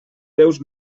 veus